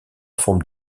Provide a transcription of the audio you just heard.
forme